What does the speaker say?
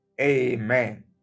Amen